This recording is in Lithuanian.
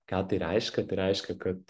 ką tai reiškia tai reiškia kad